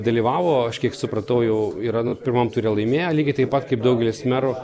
dalyvavo aš kiek supratau jau yra pirmam ture laimėję lygiai taip pat kaip daugelis merų